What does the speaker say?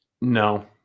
No